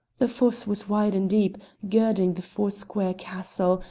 the fosse was wide and deep, girding the four-square castle,